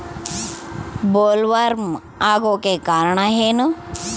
Bollworm ಆಗೋಕೆ ಕಾರಣ ಏನು?